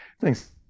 thanks